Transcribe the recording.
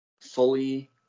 fully